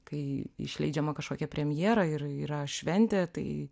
kai išleidžiama kažkokia premjera ir yra šventė tai